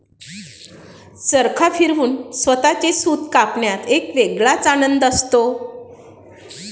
चरखा फिरवून स्वतःचे सूत कापण्यात एक वेगळाच आनंद असतो